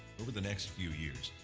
over the next few years,